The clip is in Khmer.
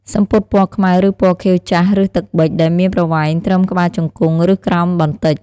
សំពត់ពណ៌ខ្មៅ ឬពណ៌ខៀវចាស់ ឬ ទឹកប៊ិច ដែលមានប្រវែងត្រឹមក្បាលជង្គង់ ឬក្រោមបន្តិច។